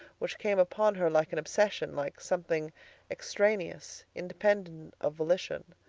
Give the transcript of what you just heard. which came upon her like an obsession, like something extraneous, independent of volition.